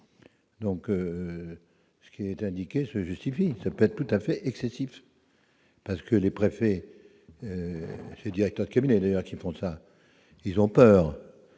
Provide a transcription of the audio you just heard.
donc ce qui était indiqué, se justifie, c'est peut être tout à fait excessif parce que les préfets et directeurs de cabinet ailleurs qui font ça, ils ont peur